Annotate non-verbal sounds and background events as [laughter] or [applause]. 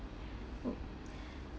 oh [breath]